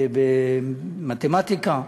במתמטיקה,